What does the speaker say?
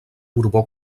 borbó